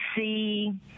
see